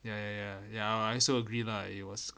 ya ya ya I also agree lah it was